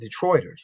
Detroiters